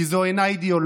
כי זו אינה אידיאולוגיה